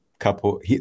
couple